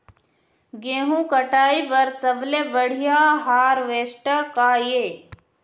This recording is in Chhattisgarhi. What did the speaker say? गेहूं कटाई बर सबले बढ़िया हारवेस्टर का ये?